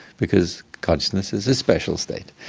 because consciousness is a special state.